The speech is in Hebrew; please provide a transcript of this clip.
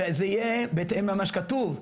שזה יהיה בהתאם למה שכתוב,